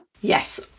Yes